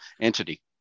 entity